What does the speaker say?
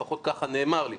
לפחות ככה נאמר לי,